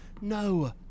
No